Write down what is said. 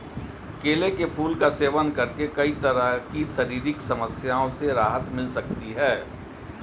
केले के फूल का सेवन करके कई तरह की शारीरिक समस्याओं से राहत मिल सकती है